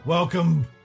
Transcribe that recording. Welcome